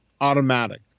automatic